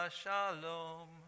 shalom